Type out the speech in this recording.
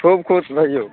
खूब खुश रहिऔ